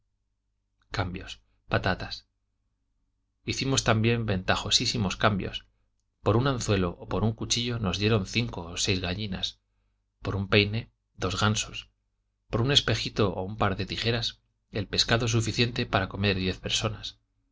cambiosf patatas hicimos también ventajosísimos cambios por un anzuelo o por un cuchillo nos dieron cinco o seis gallinas por un peine dos gansos por un espejito o un par de tijeras el pescado suficiente para comer diez personas